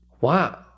Wow